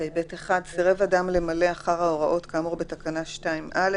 (ב1)סירב אדם למלא אחר ההוראות כאמור בתקנה 2א,